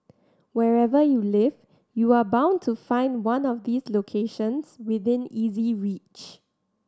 wherever you live you are bound to find one of these locations within easy reach